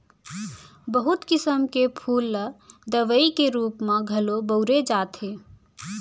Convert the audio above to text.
बहुत किसम के फूल ल दवई के रूप म घलौ बउरे जाथे